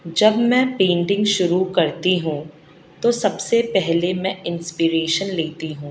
جب میں پینٹنگ شروع کرتی ہوں تو سب سے پہلے میں انسپرییشن لیتی ہوں